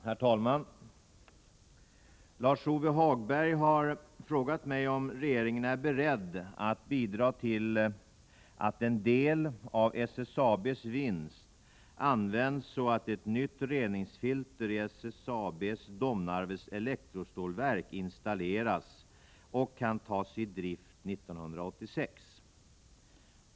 Herr talman! Lars-Ove Hagberg har frågat mig om regeringen är beredd att bidra till att en del av SSAB:s vinst används så att ett nytt reningsfilter i SSAB Domnarvets elektrostålverk installeras och kan tas i drift 1986.